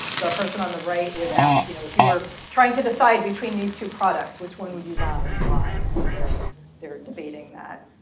the person on the right was asked, you know, if you were trying to decide between these two products, which one would you buy and why? and so they're they're debating that.